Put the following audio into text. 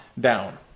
down